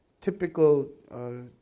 typical